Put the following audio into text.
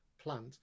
plant